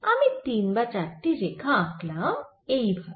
আমি তিন বা চারটি রেখা আঁকলাম এই ভাবে